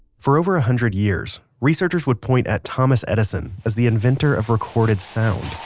for over a hundred years researchers would point at thomas edison as the inventor of recorded sound.